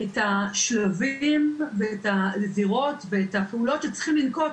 את השלבים ואת הפעולות שצריכים לנקוט.